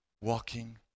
walking